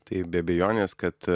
tai be abejonės kad